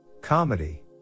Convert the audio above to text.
Comedy